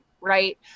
right